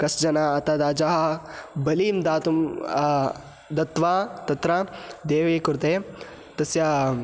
कश्चन तत् अजः बलिं दातुं दत्वा तत्र देवीकृते तस्य